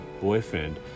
boyfriend